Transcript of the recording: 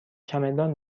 چمدان